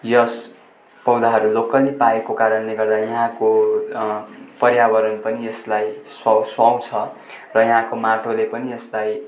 यस पौधाहरू लोकल्ली पाएको कारणले गर्दा यहाँको पर्यावरण पनि यसलाई स्व सुहाउँछ र यहाँको माटोले पनि यसलाई